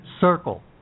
circle